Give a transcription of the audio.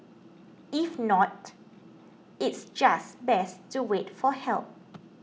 if not it's just best to wait for help